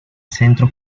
centro